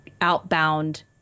outbound